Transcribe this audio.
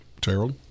Terrell